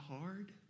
hard